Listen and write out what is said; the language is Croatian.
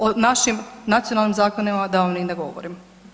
O našim nacionalnim zakonima da vam ni ne govorim.